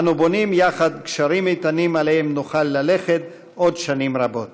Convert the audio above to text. אנו בונים יחד גשרים איתנים שעליהם נוכל ללכת עוד שנים רבות.